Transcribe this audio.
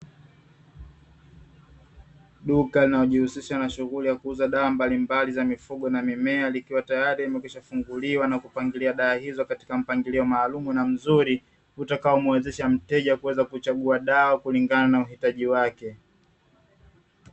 Duka linalojihusisha na shughuli ya kuuza dawa mbalimbali za mifugo na mimea likiwa tayari limekwisha funguliwa na kupangilia dawa hizo katika mpangilio maalumu na mzuri, utakaomwezesha mteja kuweza kuchagua dawa kulingana uhitaji wake.